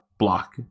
Block